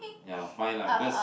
ya fine lah because